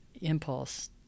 impulse